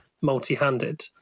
multi-handed